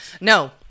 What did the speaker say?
No